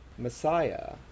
Messiah